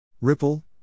Ripple